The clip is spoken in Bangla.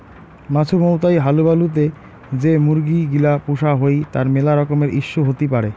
মাছুমৌতাই হালুবালু তে যে মুরগি গিলা পুষা হই তার মেলা রকমের ইস্যু হতি পারে